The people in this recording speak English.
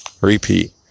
repeat